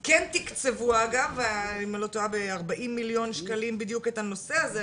כן תקצבו ב-40 מיליון שקלים את הנושא הזה,